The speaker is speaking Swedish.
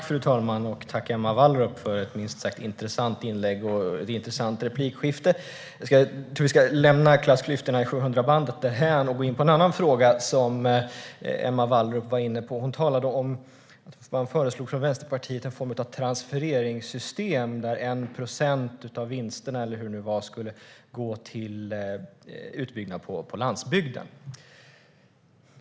Fru talman! Tack, Emma Wallrup, för ett minst sagt intressant inlägg och ett intressant replikskifte. Jag tror att vi ska lämna klassklyftorna i 700bandet därhän och gå in på en annan fråga som Emma Wallrup var inne på. Hon talade om att man från Vänsterpartiet föreslår en form av transfereringssystem där 1 procent av vinsterna skulle gå till utbyggnad på landsbygden.